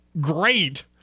Great